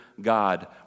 God